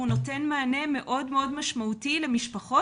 הוא נותן מענה מאוד מאוד משמעותי למשפחות.